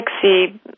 sexy